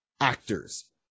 actors